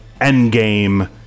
Endgame